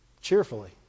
cheerfully